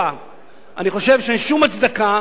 אני חושב שאין שום הצדקה